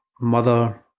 mother